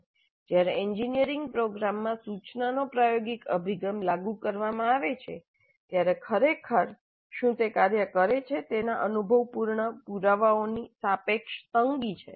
અલબત્ત જ્યારે એન્જિનિયરિંગ પ્રોગ્રામમાં સૂચનાનો પ્રાયોગિક અભિગમ લાગુ કરવામાં આવે છે ત્યારે ખરેખર શું કાર્ય કરે છે તેના અનુભવપૂર્ણ પુરાવાઓની સાપેક્ષ તંગી છે